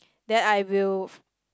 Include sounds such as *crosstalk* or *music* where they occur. then I will *noise*